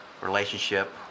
relationship